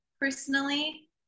personally